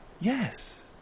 Yes